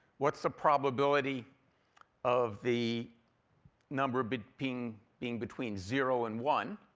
what's the probability of the number but being being between zero and one?